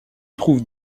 trouve